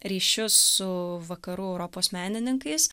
ryšius su vakarų europos menininkais